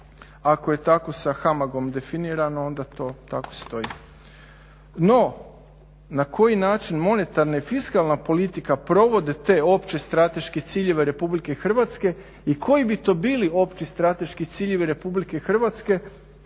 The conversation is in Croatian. ako je tako sa HAMAG-om definirano onda to tako stoji. No na koji način monetarna i fiskalna politika provode te opće strateške ciljeve Republike Hrvatske i koji bi to bili opći strateški ciljevi Republike Hrvatske